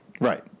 Right